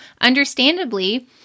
understandably